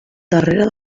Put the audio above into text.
darrere